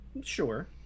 Sure